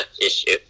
issue